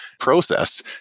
process